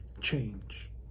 change